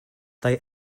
they